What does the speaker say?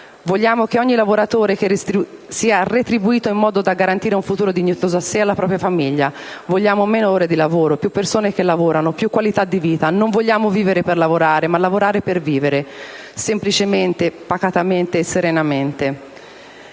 Vogliamo che ogni lavoratore sia retribuito in modo da garantire un futuro dignitoso a sé e alla propria famiglia. Vogliamo meno ore di lavoro, più persone che lavorano, più qualità di vita, non vogliamo vivere per lavorare ma lavorare per vivere semplicemente e serenamente.